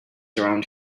around